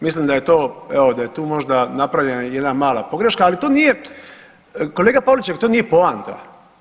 Mislim da je to, evo da je tu možda napravljena jedna mala pogreška ali to nije kolega Pavliček to nije poanta.